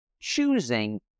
choosing